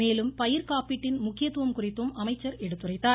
மேலும் பயிர் காப்பீட்டின் முக்கியத்துவம் குறித்தும் அமைச்சர் எடுத்துரைத்தார்